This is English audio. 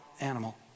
animal